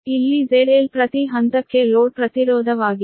ಇಲ್ಲಿ Z L ಪ್ರತಿ ಹಂತಕ್ಕೆ ಲೋಡ್ ಪ್ರತಿರೋಧವಾಗಿದೆ